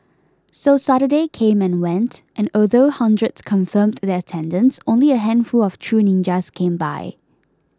so Saturday came and went and although hundreds confirmed their attendance only a handful of true ninjas came by